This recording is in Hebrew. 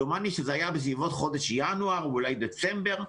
דומני שזה היה בסביבות חודש ינואר ואולי דצמבר.